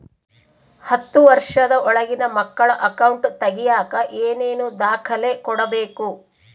ಹತ್ತುವಷ೯ದ ಒಳಗಿನ ಮಕ್ಕಳ ಅಕೌಂಟ್ ತಗಿಯಾಕ ಏನೇನು ದಾಖಲೆ ಕೊಡಬೇಕು?